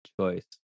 choice